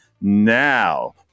now